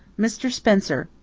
mr. spencer,